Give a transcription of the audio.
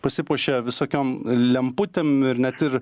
pasipuošia visokiom lemputėm ir net ir